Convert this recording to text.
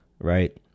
right